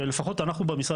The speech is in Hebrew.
ולפחות אנחנו במשרד